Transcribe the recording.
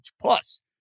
Plus